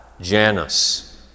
Janus